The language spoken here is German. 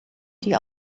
die